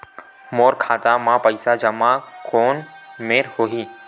मोर खाता मा पईसा जमा कोन मेर होही?